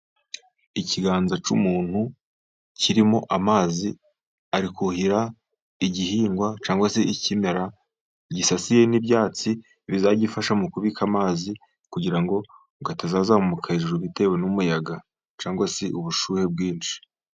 Ikiganza cy'umuntu kirimo amazi. Ari kuhira igihingwa cyangwa se ikimera gisasiye n'ibyatsi, bizagifasha mu kubika amazi, kugira ngo atazazamuka hejuru, bitewe n'umuyaga cyangwa se ubushyuhe bwinshi.